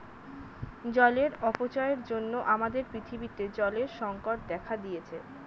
জলের অপচয়ের জন্য আমাদের পৃথিবীতে জলের সংকট দেখা দিয়েছে